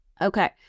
Okay